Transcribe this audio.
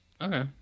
Okay